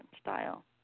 style